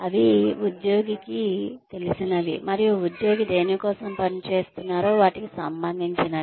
అవి ఉద్యోగికి తెలిసినవి మరియు ఉద్యోగి దేని కోసం పని చేస్తున్నారో వాటికి సంబంధించినవి